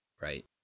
Right